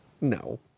No